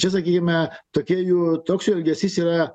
čia sakykime tokia jų toks jų elgesys yra